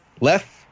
Left